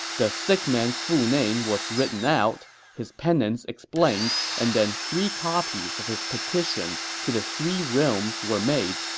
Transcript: the sick man's full name was written out, his penance explained, and then three copies of his petition to the three realms were made.